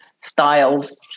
styles